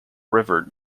river